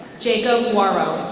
jacob warrow.